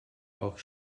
auch